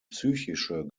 psychische